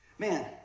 Man